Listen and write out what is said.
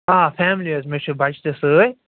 آ فیملی حظ مےٚ چھِ بچہٕ تہِ سۭتۍ